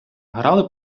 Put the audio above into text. грали